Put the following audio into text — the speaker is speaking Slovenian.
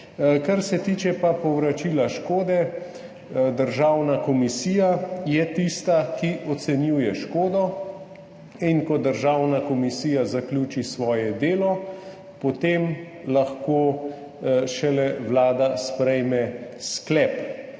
Kar se pa tiče povračila škode, državna komisija je tista, ki ocenjuje škodo, in ko državna komisija zaključi svoje delo, šele potem lahko Vlada sprejme sklep.